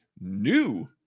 new